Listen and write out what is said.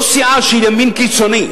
לא סיעה של ימין קיצוני.